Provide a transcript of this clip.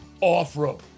off-road